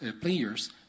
players